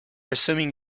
assuming